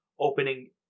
opening